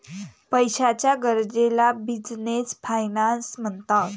पैशाच्या गरजेला business finance म्हणतात